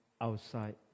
outside